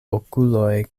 okuloj